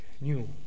new